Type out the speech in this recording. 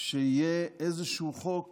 שתהיה על איזשהו חוק